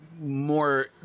more